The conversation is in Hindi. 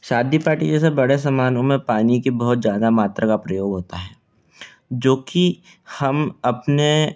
शादी पार्टी जैसे बड़े समारोह में पानी की बहुत ज़्यादा मात्रा का प्रयोग होता है जो कि हम अपने